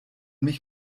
mich